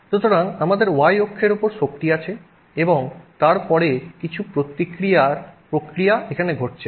সুতরাং আমাদের y অক্ষের উপর শক্তি আছে এবং তারপরে কিছু প্রতিক্রিয়ার প্রক্রিয়া এখানে ঘটছে